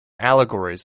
allegories